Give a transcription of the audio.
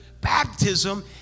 baptism